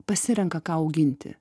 pasirenka ką auginti